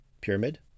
pyramid